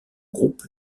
groupe